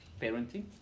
parenting